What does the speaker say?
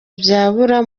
byabura